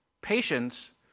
patience